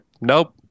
nope